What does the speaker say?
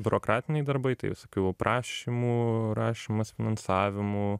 biurokratiniai darbai tai visokių prašymų rašymas finansavimų